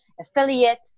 affiliate